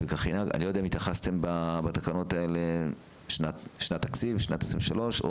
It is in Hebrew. אני לא יודע אם התייחסתם בתקנות האלה לשנת תקציב 2023,